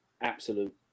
absolute